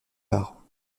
parents